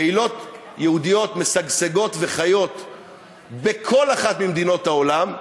קהילות יהודיות משגשגות וחיות בכל אחת ממדינות העולם.